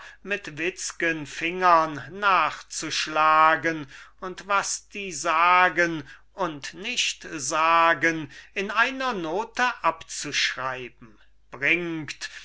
mit witzgen fingern nachzuschlagen und was die sagen und nicht sagen in einer note abzuschreiben bringt